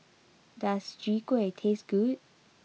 does Chwee Kueh taste good